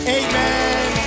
amen